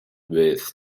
with